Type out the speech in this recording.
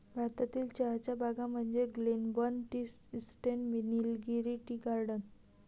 भारतातील चहाच्या बागा म्हणजे Glenburn tea estate, Nilgiri tea garden